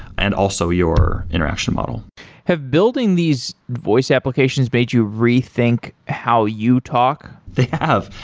and also your interaction model have building these voice applications made you rethink how you talk? they have.